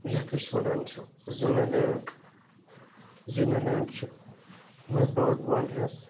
یتَھ أسۍ ونان چھِ زینا لینٛک زینا لینٛک چھ مَنٛزباگ وۄلرَس